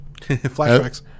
Flashbacks